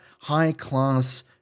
high-class